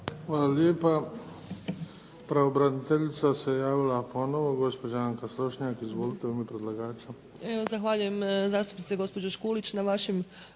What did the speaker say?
Hvala lijepa. Pravobraniteljica se javila ponovo, gospođa Anka Slonjšak. Izvolite, u ime predlagača.